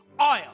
oil